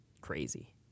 crazy